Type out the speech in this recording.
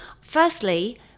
Firstly